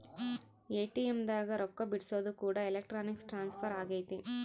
ATM ದಾಗ ರೊಕ್ಕ ಬಿಡ್ಸೊದು ಕೂಡ ಎಲೆಕ್ಟ್ರಾನಿಕ್ ಟ್ರಾನ್ಸ್ಫರ್ ಅಗೈತೆ